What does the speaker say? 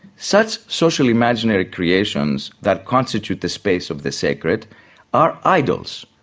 such social imaginary creations that constitute the space of the sacred are idols,